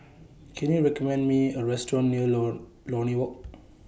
Can YOU recommend Me A Restaurant near Lord Lornie Walk